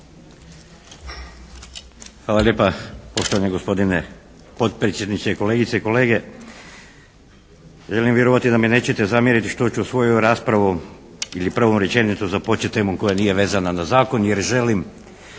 Hvala lijepa, poštovani gospodine potpredsjedniče, kolegice i kolege. Želim vjerovati da mi neće zamjeriti što ću svoju raspravu ili prvu rečenicu započeti temom koja nije vezana na Zakon jer želim